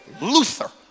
Luther